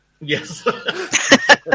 Yes